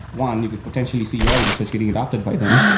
one, you could potentially see your research getting adapted by them,